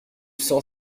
cent